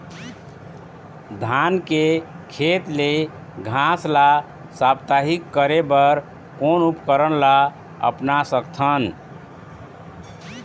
धान के खेत ले घास ला साप्ताहिक करे बर कोन उपकरण ला अपना सकथन?